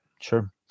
Sure